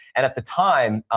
and at the time,